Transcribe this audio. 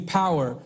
power